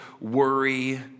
worry